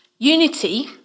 Unity